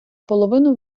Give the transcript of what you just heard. половину